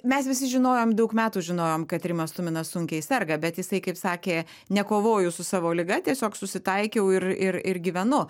mes visi žinojom daug metų žinojom kad rimas tuminas sunkiai serga bet jisai kaip sakė nekovoju su savo liga tiesiog susitaikiau ir ir ir gyvenu